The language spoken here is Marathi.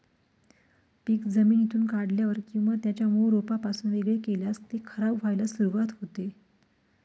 पीक जमिनीतून काढल्यावर किंवा त्याच्या मूळ रोपापासून वेगळे केल्यास ते खराब व्हायला सुरुवात होते